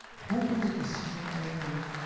who were the decision makers?